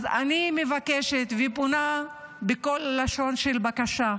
אז אני מבקשת, ופונה בכל לשון של בקשה,